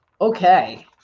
okay